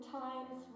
times